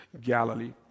Galilee